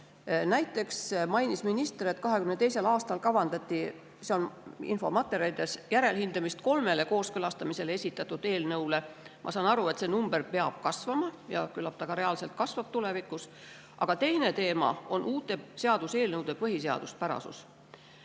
Näiteks mainis minister, et 2022. aastal kavandati – see on samuti infomaterjalides kirjas – järelhindamist kolme kooskõlastamisele esitatud eelnõu kohta. Ma saan aru, et see number peab kasvama ja küllap ta ka reaalselt kasvab tulevikus. Aga teine teema on uute seaduseelnõude põhiseaduspärasus.